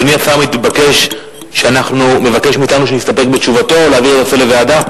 אדוני השר מבקש מאתנו שנסתפק בתשובתו או להעביר את הנושא לוועדה?